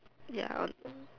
ya I